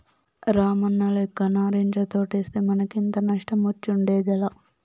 రామన్నలెక్క నారింజ తోటేస్తే మనకింత నష్టమొచ్చుండేదేలా